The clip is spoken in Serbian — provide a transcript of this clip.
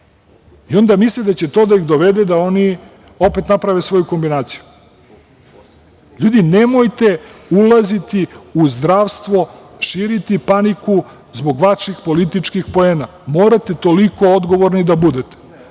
misle da će to da ih dovede da oni opet naprave svoju kombinaciju. LJudi, nemojte ulaziti u zdravstvo, širiti paniku zbog vaših političkih poena. Morate toliko odgovorni da budete.